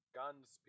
guns